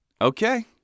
okay